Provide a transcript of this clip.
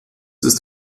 ist